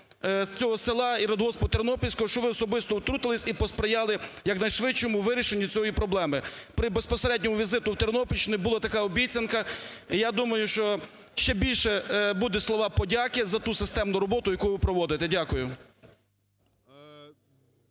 із села і радгоспу "Тернопільського", щоб ви особисто втрутились і посприяли якнайшвидшому вирішенню цієї проблеми. При безпосередньому візиті в Тернопільщину була така обіцянка. Я думаю, що ще більше буде слів подяки за ту системну роботу, яку ви проводите. Дякую.